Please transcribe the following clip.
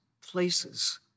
places